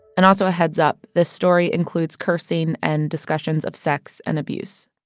and also a heads up, this story includes cursing and discussion of sex and abuse